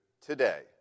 today